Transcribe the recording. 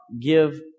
Give